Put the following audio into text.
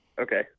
okay